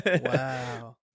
Wow